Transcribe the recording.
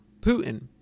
Putin